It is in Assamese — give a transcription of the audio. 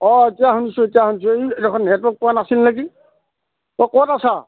অঁ এতিয়া শুনিছোঁ এতিয়া শুনিছোঁ এই এইখন নেটৱৰ্ক পোৱা নাছিল নেকি অ' ক'ত আছা